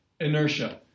inertia